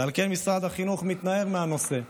ועל כן משרד החינוך מתנער מהנושא.